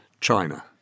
China